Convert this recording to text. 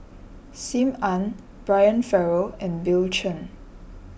Sim Ann Brian Farrell and Bill Chen